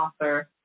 author